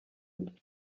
rye